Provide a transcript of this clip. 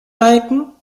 balken